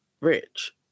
rich